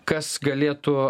kas galėtų